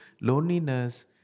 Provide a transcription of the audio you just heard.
Loneliness